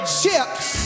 chips